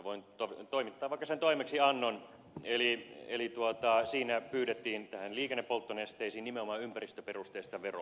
voin toimittaa vaikka sen toimeksiannon eli siinä pyydettiin liikennepolttonesteisiin nimenomaan ympäristöperusteista veroa